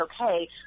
okay